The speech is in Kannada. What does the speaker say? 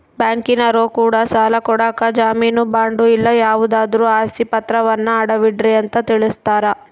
ಬ್ಯಾಂಕಿನರೊ ಕೂಡ ಸಾಲ ಕೊಡಕ ಜಾಮೀನು ಬಾಂಡು ಇಲ್ಲ ಯಾವುದಾದ್ರು ಆಸ್ತಿ ಪಾತ್ರವನ್ನ ಅಡವಿಡ್ರಿ ಅಂತ ತಿಳಿಸ್ತಾರ